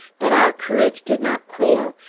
but our courage did not quail.